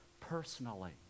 personally